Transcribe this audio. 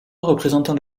représentant